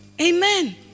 Amen